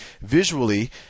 visually